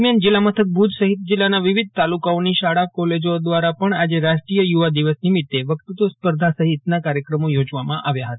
દરમ્યાન જીલ્લા મથક ભુજ સહિત જીલ્લાના વિવિધ તાલુકાઓની શાળા કોલેજો દવારા પણ આજે રાષ્ટ્રીય યુવા દિવસ નિમિત્તે વક્તૃત્વ સ્પર્ધા સહિતના કાર્યક્રમો યોજવામાં આવ્યા હતા